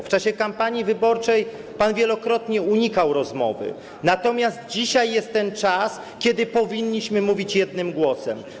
W czasie kampanii wyborczej pan wielokrotnie unikał rozmowy, natomiast dzisiaj jest ten czas, kiedy powinniśmy mówić jednym głosem.